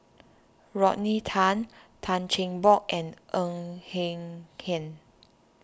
Rodney Tan Tan Cheng Bock and Ng Eng Hen